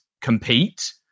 compete